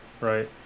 Right